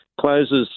closes